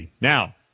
Now